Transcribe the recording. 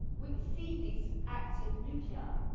we can feed these active nuclei.